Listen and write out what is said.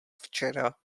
včera